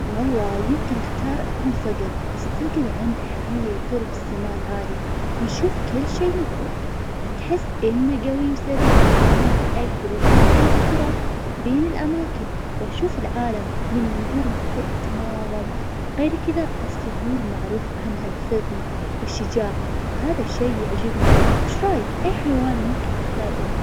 والله يمكن اختار أكون صقر, الصقر عنده حرية يطير بالسما العالية, ويشوف كل شي من فوق, وتحس إنه قوي وسريع, يعني أقدر اتنقل بسرعة بين الأماكن, واشوف العالم من منظور مختلف تماماً, غير كده الصقور معروف عنها الفطنة والشجاعة, وهذا الشي يعجبني, وشرأيك؟ أي حيوان ممكن تختار انت؟